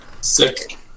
Sick